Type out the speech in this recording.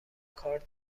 کار